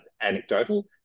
anecdotal